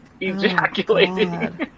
ejaculating